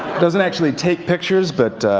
doesn't actually take pictures, but